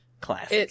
Classic